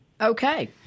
okay